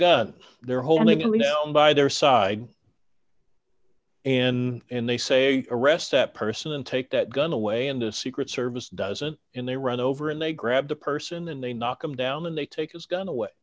gun they're holding me down by their side and they say arrest that person and take that gun away and the secret service doesn't and they run over and they grab the person and they knock him down and they take his gun away